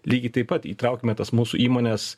lygiai taip pat įtraukime tas mūsų įmones